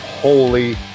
holy